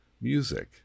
music